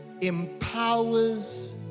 empowers